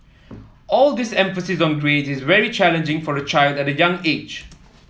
all this emphasis on grades is very challenging for a child at a young age